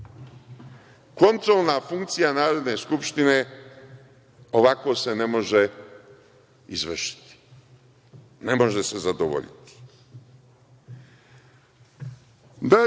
Kontrolna funkcija Narodne skupštine ovako se ne može izvršiti, ne može se zadovoljiti. Dalje,